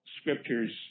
scriptures